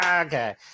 Okay